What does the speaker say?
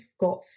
got